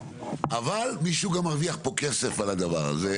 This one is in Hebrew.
אבל מישהו גם מרוויח פה כסף על הדבר הזה.